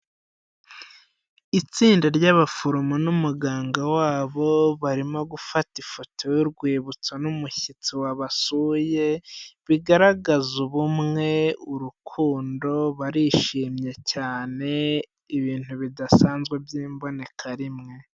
Itsinda ry'abaforomo n'umuganga wabo barimo gufata ifoto y'urwibutso n'umushyitsi wabasuye, bigaragaza ubumwe, urukundo, barishimye cyane, ibintu bidasanzwe by'imbokarimwe.